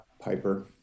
Piper